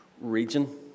region